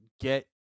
get